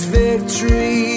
victory